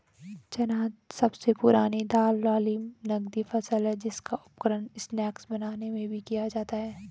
चना सबसे पुरानी दाल वाली नगदी फसल है जिसका उपयोग स्नैक्स बनाने में भी किया जाता है